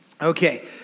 Okay